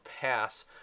pass